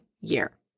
year